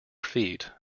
feet